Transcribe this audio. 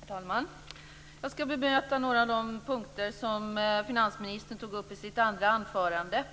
Herr talman! Jag skulle vilja beröra några av de punkter som finansministern tog upp i sitt andra anförande.